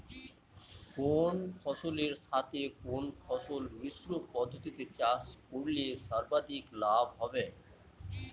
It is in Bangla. কোন ফসলের সাথে কোন ফসল মিশ্র পদ্ধতিতে চাষ করলে সর্বাধিক লাভ হবে?